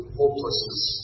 hopelessness